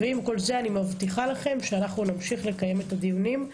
ועם כל זה אני מבטיחה לכם שנמשיך לקיים את הדיונים.